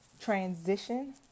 Transition